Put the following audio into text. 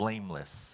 Blameless